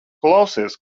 klausies